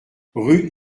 rue